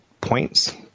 points